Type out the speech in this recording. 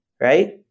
Right